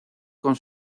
con